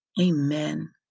Amen